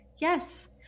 Yes